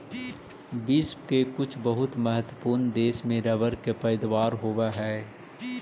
विश्व के कुछ बहुत महत्त्वपूर्ण देश में रबर के पैदावार होवऽ हइ